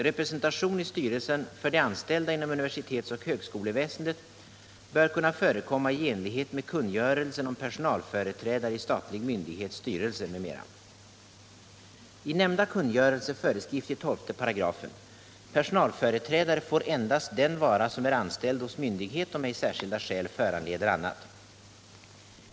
Representation i styrelsen för de anställda inom UHÄ bör kunna förekomma i enlighet med kungörelsen om personalföreträdare i statlig myndighets styrelse m.m.” I nämnda kungörelse föreskrivs i 12 §: Personalföreträdare får endast den vara som är anställd hos myndighet, om ej särskilda skäl föranleder annat.